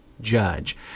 judge